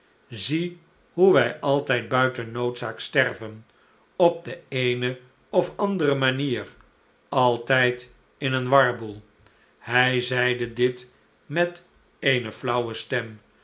zie hoe wij altijd buiten noodzaak sterven op de eene of de andere manier altijd in een warboel hij zeide dit met eene flauwe stem